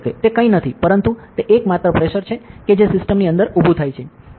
તે કંઈ નથી પરંતુ તે એકમાત્ર પ્રેશર છે કે જે સિસ્ટમની અંદર ઉભું થાય છે